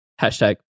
Hashtag